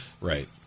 Right